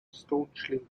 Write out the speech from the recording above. staunchly